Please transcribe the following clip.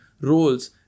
roles